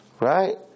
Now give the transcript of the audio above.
right